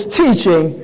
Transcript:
teaching